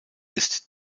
ist